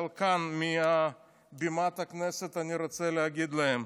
אבל כאן מעל בימת הכנסת אני רוצה להגיד להם: